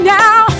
now